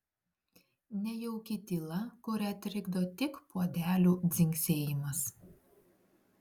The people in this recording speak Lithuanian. nejauki tyla kurią trikdo tik puodelių dzingsėjimas